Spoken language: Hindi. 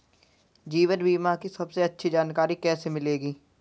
जीवन बीमा की सबसे अच्छी जानकारी कैसे मिलेगी?